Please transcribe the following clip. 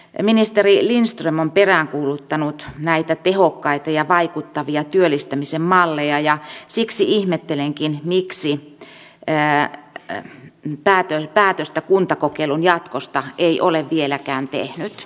ministeri lindström on peräänkuuluttanut näitä tehokkaita ja vaikuttavia työllistämisen malleja ja siksi ihmettelenkin miksi päätöstä kuntakokeilun jatkosta ei ole vieläkään tehty